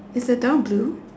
is the door blue